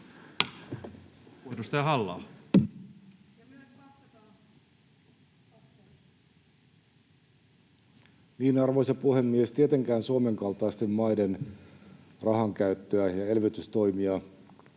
16:46 Content: Arvoisa puhemies! Tietenkään Suomen kaltaisten maiden rahankäyttöä ja elvytystoimia